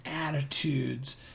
attitudes